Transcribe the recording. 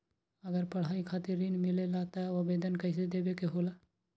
अगर पढ़ाई खातीर ऋण मिले ला त आवेदन कईसे देवे के होला?